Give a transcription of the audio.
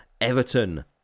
Everton